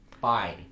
fine